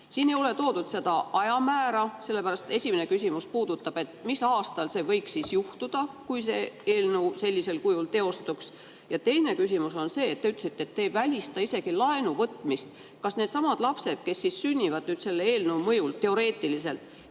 Siin ei ole toodud seda ajamäära. Sellepärast esimene küsimus puudutab seda, mis aastal see võiks juhtuda, kui see eelnõu sellisel kujul teostuks. Ja teine küsimus on see, et te ütlesite, et te ei välista isegi laenu võtmist. Kas needsamad lapsed, kes sünnivad nüüd selle eelnõu mõjul, teoreetiliselt,